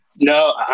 No